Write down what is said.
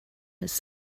his